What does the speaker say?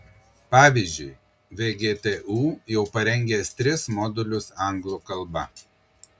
pavyzdžiui vgtu jau parengęs tris modulius anglų kalba